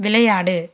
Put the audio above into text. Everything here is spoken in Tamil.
விளையாடு